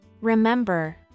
Remember